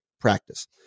practice